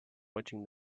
watching